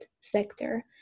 sector